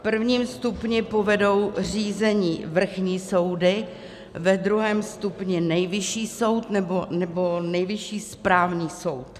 V prvním stupni povedou řízení vrchní soudy, ve druhém stupni Nejvyšší soud nebo Nejvyšší správní soud.